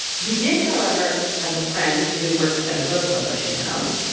he did, however, have a friend who worked at a book publishing house.